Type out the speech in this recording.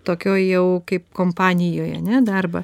tokioj jau kaip kompanijoj ane darbą